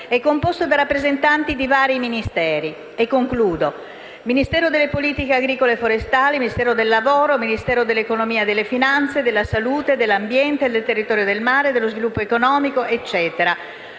è composto da rappresentanti di vari Ministeri, quali il Ministero delle politiche agricole e forestali, il Ministero del lavoro, il Ministero dell'economia e delle finanze, quelli della salute, dell'ambiente del territorio e del mare, dello sviluppo economico e